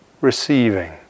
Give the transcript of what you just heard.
receiving